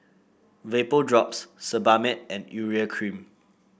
Vapodrops Sebamed and Urea Cream